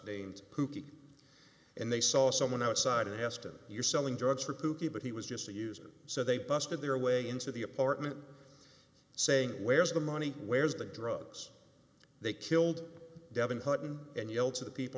kooky and they saw someone outside and asked him you're selling drugs for kooky but he was just a user so they busted their way into the apartment saying where's the money where's the drugs they killed devon hutton and yell to the people